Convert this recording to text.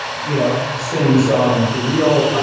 you know, singing the song for real.